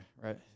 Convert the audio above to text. right